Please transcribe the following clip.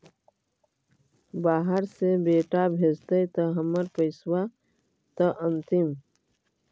बाहर से बेटा भेजतय त हमर पैसाबा त अंतिम?